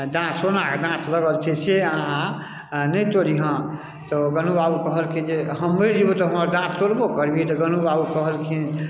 अऽ दाँत सोनाके दाँत लगल छै से अहाँ नहि तोड़ि हाँ तऽ गोनू बाबू कहलखिन जे हम मरि जेबौ तऽ हमर दाँत तोड़बो करबहि तऽ गोनू बाबू कहलखिन